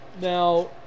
Now